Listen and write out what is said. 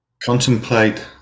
Contemplate